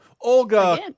Olga